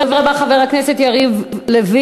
הדובר הבא הוא חבר הכנסת יריב לוין.